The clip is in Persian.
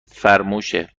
فرموشه